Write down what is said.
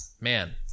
Man